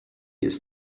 ist